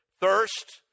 thirst